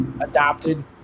adopted